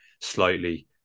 slightly